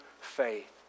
faith